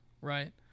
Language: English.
right